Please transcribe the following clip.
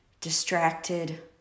distracted